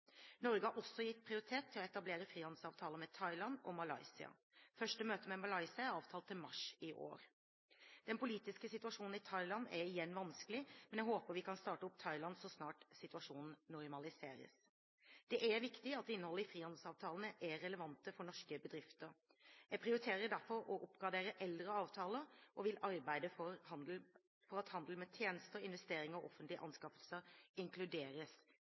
Norge har også gitt prioritet til å etablere frihandelsavtaler med Thailand og Malaysia. Første møte med Malaysia er avtalt til mars i år. Den politiske situasjonen i Thailand er igjen vanskelig, men jeg håper at vi kan starte opp med Thailand så snart situasjonen normaliseres. Det er viktig at innholdet i frihandelsavtalene er relevant for norske bedrifter. Jeg prioriterer derfor å oppgradere eldre avtaler og vil arbeide for at handel med tjenester, investeringer og offentlige anskaffelser inkluderes